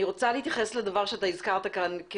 אני רוצה להתייחס לדבר שאתה הזכרת כאן.